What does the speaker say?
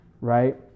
Right